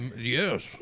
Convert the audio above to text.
Yes